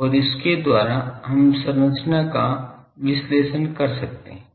और इसके द्वारा हम संरचना का विश्लेषण कर सकते हैं